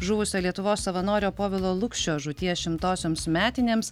žuvusio lietuvos savanorio povilo lukšio žūties šimtosioms metinėms